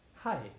hi